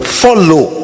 follow